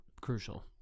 Crucial